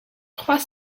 trois